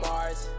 Mars